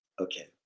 Okay